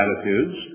attitudes